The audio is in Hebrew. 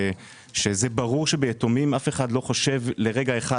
ברור שביתומים אף אחד לא חושב לרגע אחד